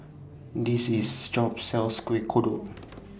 This IS sells Kuih Kodok